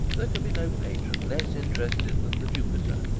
there can be no patron less interested than the jupiter,